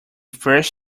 fresh